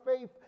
faith